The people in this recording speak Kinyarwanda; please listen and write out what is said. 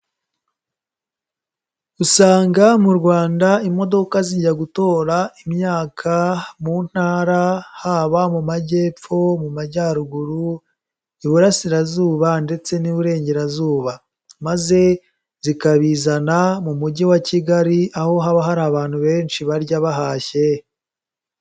Usanga mu Rwanda imodoka zijya gutora imyaka mu ntara, haba mu Majyepfo, mu Majyaruguru, Iburasirazuba ndetse n'Iburengerazuba. Maze zikabizana mu mujyi wa Kigali, aho haba hari abantu benshi barya bahashye.